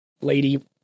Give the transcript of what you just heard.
lady